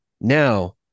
now